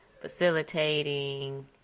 facilitating